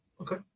Okay